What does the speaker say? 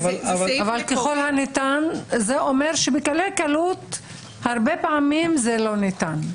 "ככל הניתן" זה אומר שבקלי קלות הרבה פעמים זה לא ניתן.